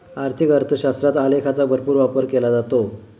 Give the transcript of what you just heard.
आर्थिक अर्थशास्त्रात आलेखांचा भरपूर वापर केला जातो